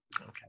Okay